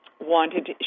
wanted